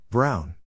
Brown